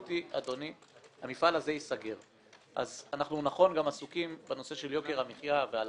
אנחנו מתחילים עם הצבעה על הרביזיות.